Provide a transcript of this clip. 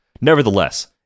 Nevertheless